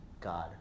God